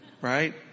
right